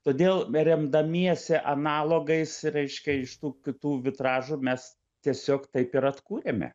todėl remdamiesi analogais reiškia iš tų kitų vitražų mes tiesiog taip ir atkūrėme